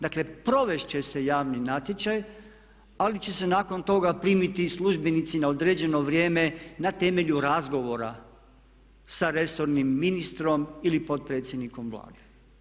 Dakle provest će se javni natječaj, ali će se nakon toga primiti službenici na određeno vrijeme na temelju razgovora sa resornim ministrom ili potpredsjednikom Vlade.